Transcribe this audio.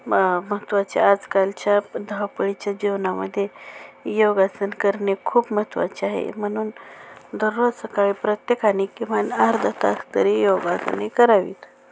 म महत्त्वाचे आजकालच्या धावपळीच्या जीवनामध्ये योगासन करणे खूप महत्त्वाचे आहे म्हणून दररोज सकाळी प्रत्येकाने किमान अर्धा तास तरी योगासने करावीत